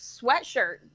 sweatshirt